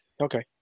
Okay